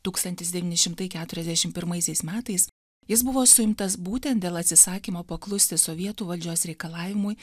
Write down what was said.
tūkstantis devyni šimtai keturiasdešim pirmaisiais metais jis buvo suimtas būtent dėl atsisakymo paklusti sovietų valdžios reikalavimui